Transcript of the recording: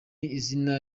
izina